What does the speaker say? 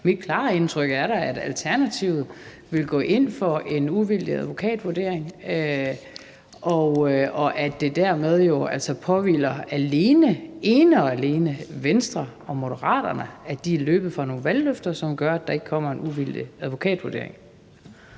Mit klare indtryk er da, at Alternativet vil gå ind for en uvildig advokatvurdering, og at det jo altså dermed ene og alene påhviler Venstre og Moderaterne, at de er løbet fra nogle valgløfter, hvilket gør, at der ikke kommer en uvildig advokatvurdering.